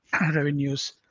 revenues